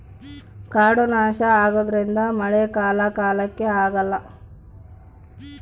ಕಾಡು ನಾಶ ಆಗೋದ್ರಿಂದ ಮಳೆ ಕಾಲ ಕಾಲಕ್ಕೆ ಆಗಲ್ಲ